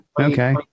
okay